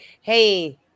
Hey